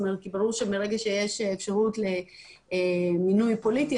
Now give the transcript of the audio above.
כי ברור שמרגע שיש אפשרות למינוי פוליטי